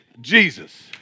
Jesus